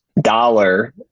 dollar